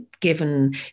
given